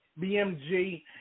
BMG